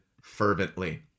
fervently